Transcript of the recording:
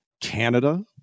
Canada